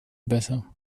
besser